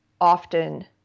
often